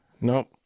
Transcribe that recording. Nope